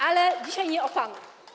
Ale dzisiaj nie o panu.